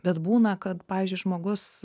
bet būna kad pavyzdžiui žmogus